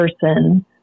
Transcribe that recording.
person